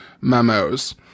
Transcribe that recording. memos